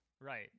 Right